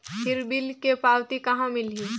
फिर बिल के पावती कहा मिलही?